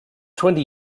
twenty